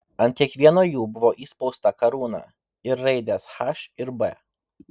ant kiekvieno jų buvo įspausta karūna ir raidės h ir b